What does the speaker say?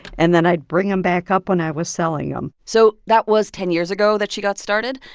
and then i'd bring them back up when i was selling them so that was ten years ago that she got started,